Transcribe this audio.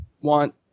want